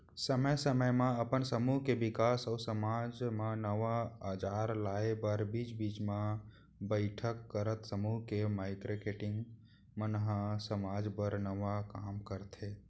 समे समे म अपन समूह के बिकास अउ समाज म नवा अंजार लाए बर बीच बीच म बइठक करत समूह के मारकेटिंग मन ह समाज बर नवा काम करथे